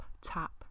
tap